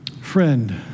Friend